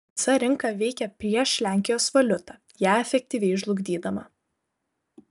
visa rinka veikė prieš lenkijos valiutą ją efektyviai žlugdydama